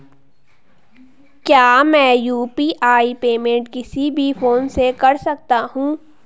क्या मैं UPI payment किसी भी फोन से कर सकता हूँ?